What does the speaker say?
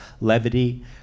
levity